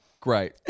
great